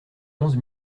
onze